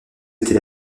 était